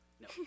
No